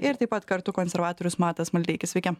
ir taip pat kartu konservatorius matas maldeikis sveiki